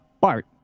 Bart